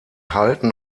halten